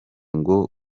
ngo